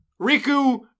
Riku